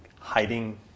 hiding